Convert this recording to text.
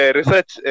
research